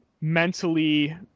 mentally